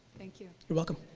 thank you. you're welcome.